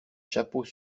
chapeaux